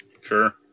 Sure